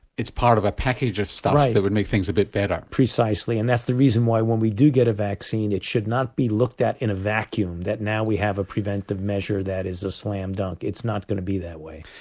it's part of a package of stuff that would make things a bit better. precisely and that's the reason why when we do get a vaccine it should not be looked at in a vacuum, that now we have a preventive measure that is a slam dunk, it's not going to be that way.